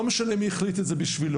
לא משנה מי החליט את זה בשבילו,